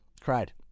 cried